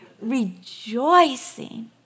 rejoicing